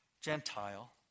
Gentile